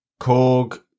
Korg